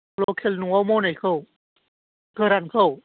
लकेल न'आव मोननायखौ बबेखौ गोरानखौ